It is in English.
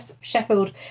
sheffield